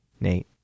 Nate